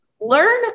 learn